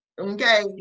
Okay